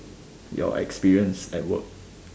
your experience at work